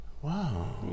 Wow